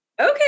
okay